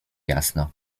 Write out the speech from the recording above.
jasno